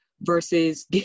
versus